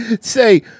say